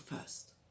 first